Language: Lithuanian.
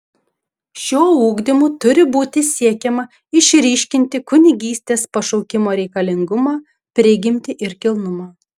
šiuo ugdymu turi būti siekiama išryškinti kunigystės pašaukimo reikalingumą prigimtį ir kilnumą